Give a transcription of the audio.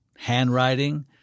Handwriting